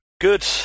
Good